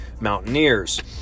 Mountaineers